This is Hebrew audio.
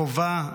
חובה,